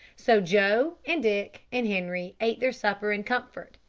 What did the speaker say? so joe, and dick, and henri ate their supper in comfort,